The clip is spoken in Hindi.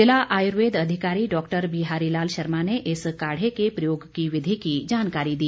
ज़िला आयुर्वेद अधिकारी डॉक्टर बिहारी लाल शर्मा ने इस काढ़े के प्रयोग की विधि की जानकारी दी